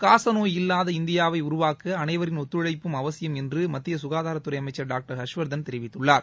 காசநோய் இல்லாத இந்தியாவை உருவாக்க அனைவரின் ஒத்துழைப்பும் அவசியம் என்று மத்திய சுகாதாரத்துறை அமைச்சர் டாக்டர் ஹர்ஷ்வர்த்தன் தெரிவித்துள்ளார்